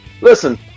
Listen